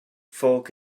folk